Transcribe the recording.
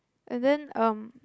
and then um